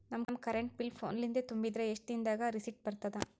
ನಮ್ current bill ಫೋನ ಲಿಂದೇ ತುಂಬಿದ್ರ, ಎಷ್ಟ ದಿ ನಮ್ ದಾಗ ರಿಸಿಟ ಬರತದ?